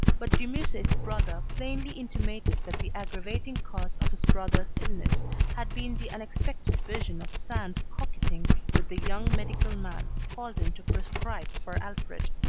but de musset's brother plainly intimated that the aggravating cause of his brother's illness had been the unexpected vision of sand coquetting with the young medical man called in to prescribe for alfred.